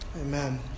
Amen